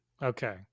okay